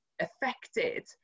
affected